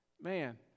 Man